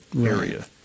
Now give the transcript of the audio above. area